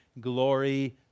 glory